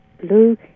blue